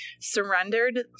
surrendered